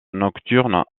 nocturnes